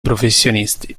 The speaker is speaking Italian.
professionisti